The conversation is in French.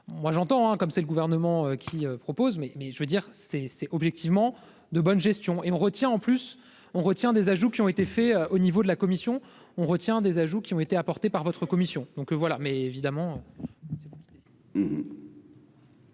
moi j'entends comme c'est le gouvernement qui propose, mais, mais je veux dire c'est c'est objectivement de bonne gestion et on retient en plus on retient des ajouts qui ont été faits au niveau de la commission, on retient des ajouts qui ont été apportées par votre commission donc voilà mais évidemment.